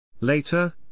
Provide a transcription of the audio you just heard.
Later